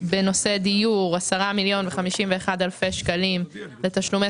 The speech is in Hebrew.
בנושא דיור 10,051,000 שקלים לתשלומי